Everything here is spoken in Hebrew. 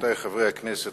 רבותי חברי הכנסת,